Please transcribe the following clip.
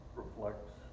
reflects